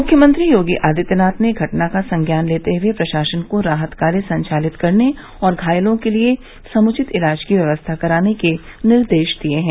मुख्यमंत्री योगी आदित्यनाथ ने घटना का संज्ञान लेते हुए प्रशासन को राहत कार्य संचालित करने और घायलों के लिए समुचित इलाज की व्यवस्था कराने के निर्देश दिये हैं